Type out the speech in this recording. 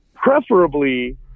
preferably